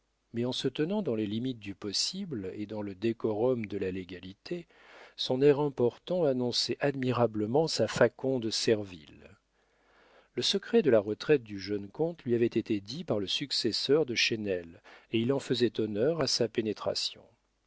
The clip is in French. mais en se tenant dans les limites du possible et dans le décorum de la légalité son air important annonçait admirablement sa faconde servile le secret de la retraite du jeune comte lui avait été dit par le successeur de chesnel et il en faisait honneur à sa pénétration